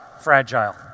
fragile